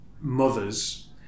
mothers